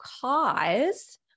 cause